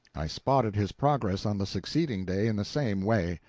i spotted his progress on the succeeding day in the same way.